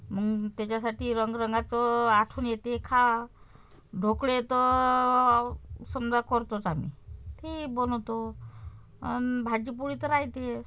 मग त्याच्यासाठी रंगरंगाचं आठवण येते खा ढोकळे तर समजा करतोच आम्ही तेही बनवतो आणि भाजी पोळी तर राहतेच